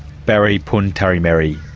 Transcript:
barry puruntatameri.